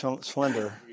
Slender